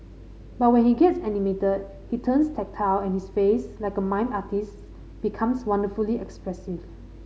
but when he gets animated he turns tactile and his face like a mime artist's becomes wonderfully expressive